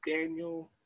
Daniel